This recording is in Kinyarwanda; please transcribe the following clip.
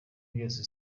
byose